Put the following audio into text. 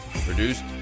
Produced